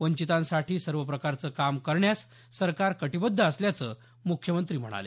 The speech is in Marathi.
वंचितांसाठी सर्व प्रकारचं काम करण्यास सरकार कटीबद्ध असल्याचं मुख्यमंत्री म्हणाले